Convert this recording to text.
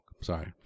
sorry